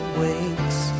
wakes